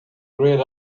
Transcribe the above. grayed